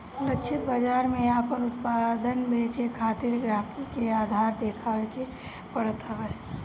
लक्षित बाजार में आपन उत्पाद बेचे खातिर गहकी के आधार देखावे के पड़त हवे